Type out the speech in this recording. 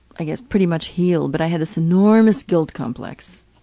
i guess, pretty much healed, but i had this enormous guilt complex,